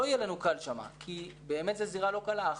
לא יהיה לנו קל שם כי באמת זו זירה לא קלה.